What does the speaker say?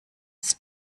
ist